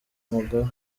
mugabe